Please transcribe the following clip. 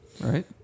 Right